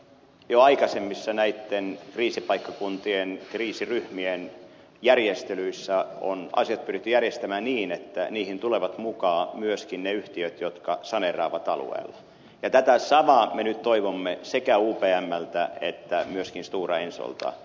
jo aikaisemmissa näitten kriisipaikkakuntien kriisiryhmien järjestelyissä on asiat pyritty järjestämään niin että niihin tulevat mukaan myöskin ne yhtiöt jotka saneeraavat alueella ja tätä samaa me nyt toivomme sekä upmltä että myöskin stora ensolta